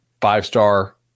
Five-star